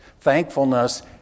thankfulness